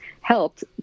helped